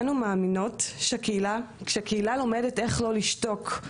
אנו מאמינות שקהילה לומדת איך לא לשתוק,